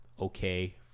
okay